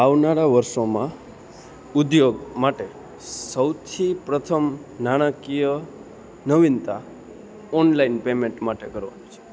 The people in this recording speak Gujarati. આવનારા વર્ષોમાં ઉદ્યોગ માટે સૌથી પ્રથમ નાણાકીય નવીનતા ઓનલાઇન પેમેન્ટ માટે કરવાની છે